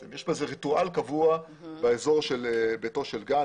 יש בו ריטואל קבוע באזור של ביתו של גנץ.